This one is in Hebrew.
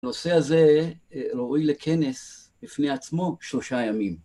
נושא הזה ראוי לכנס בפני עצמו שלושה ימים.